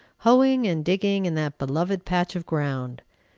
hoeing and digging in that beloved patch of ground.